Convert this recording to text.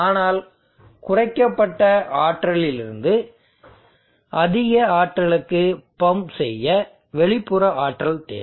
ஆனால் குறைக்கப்பட்ட ஆற்றலிலிருந்து அதிக ஆற்றலுக்கு பம்ப் செய்ய வெளிப்புற ஆற்றல் தேவை